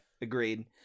Agreed